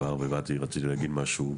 אני רוצה להגיד משהו.